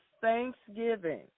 thanksgiving